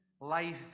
life